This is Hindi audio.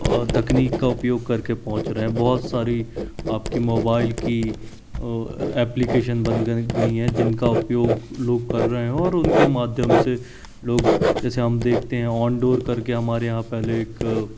और तकनीक का उपयोग करके पहुँच रहे बहुत सारी आप की मोबाइल की ऐप्लिकेशन बन गई हैं जिनका उपयोग लोग कर रहे हैं और उनके माध्यम से लोग जैसे हम देखते हैं ऑनडोर करके हमारे यहाँ पहले एक